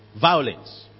violence